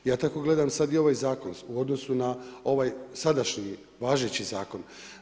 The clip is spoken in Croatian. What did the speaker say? Ja tako gledam sad i ovaj zakon u odnosu na ovaj sadašnji važeći zakon.